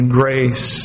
grace